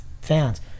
fans